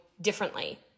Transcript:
differently